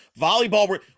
Volleyball